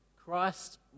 Christ